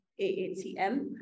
AATM